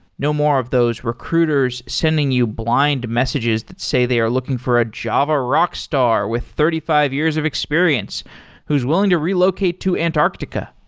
no more of those recruiters sending you blind messages that say they are looking for a java rock star with thirty five years of experience who's willing to relocate to antarctica.